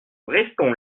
restons